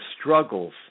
struggles